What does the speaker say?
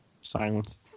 Silence